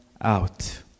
out